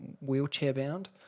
wheelchair-bound